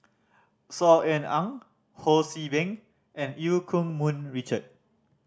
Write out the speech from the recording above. Saw Ean Ang Ho See Beng and Eu Keng Mun Richard